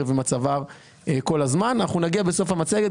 המגבלה הזאת אומרת שבנקים לא יוכלו להתחרות על הלקוח,